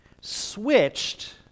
switched